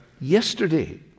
yesterday